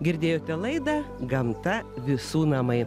girdėjote laidą gamta visų namai